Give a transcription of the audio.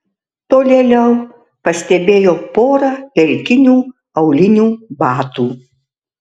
tolėliau pastebėjau porą pelkinių aulinių batų